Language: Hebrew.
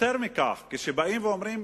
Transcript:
יותר מכך, כשבאים ואומרים